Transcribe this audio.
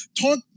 Talk